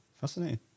fascinating